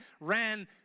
ran